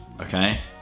okay